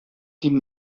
die